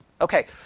Okay